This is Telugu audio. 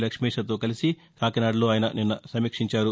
లక్ష్మీశతో కలిసి కాకినాడలో ఆయన నిన్న సమీక్షించారు